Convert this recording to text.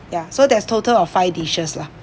ya so there's total of five dishes lah